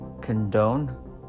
condone